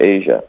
Asia